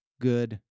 good